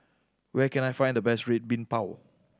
where can I find the best Red Bean Bao